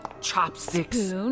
chopsticks